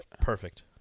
perfect